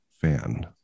fan